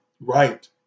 Right